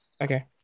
Okay